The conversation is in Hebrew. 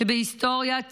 שבהיסטוריית